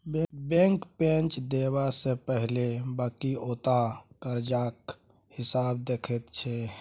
bank पैंच देबा सँ पहिने बकिऔता करजाक हिसाब देखैत छै